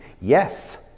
Yes